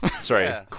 Sorry